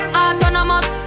autonomous